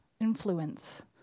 influence